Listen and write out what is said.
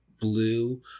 Blue